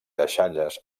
deixalles